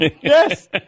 Yes